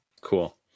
Cool